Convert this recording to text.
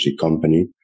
company